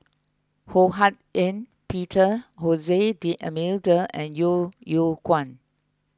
Ho Hak Ean Peter D'Almeida and Yeo Yeow Kwang